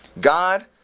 God